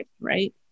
Right